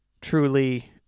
truly